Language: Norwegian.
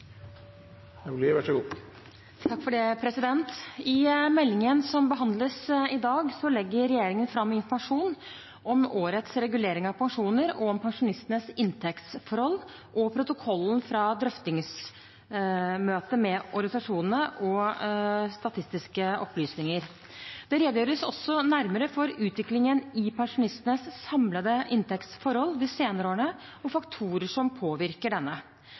I meldingen som behandles i dag, legger regjeringen fram informasjon om årets regulering av pensjoner, om pensjonisters inntektsforhold, protokollen fra drøftingsmøtene med organisasjonene og statistiske opplysninger. Det redegjøres også nærmere for utviklingen i pensjonistenes samlede inntektsforhold de senere årene og faktorer som påvirker denne.